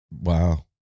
Wow